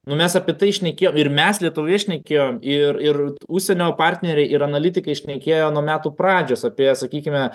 nu mes apie tai šnekėjom ir mes lietuvoje šnekėjom ir ir užsienio partneriai ir analitikai šnekėjo nuo metų pradžios apie sakykime